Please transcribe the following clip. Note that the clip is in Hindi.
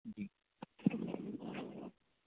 जी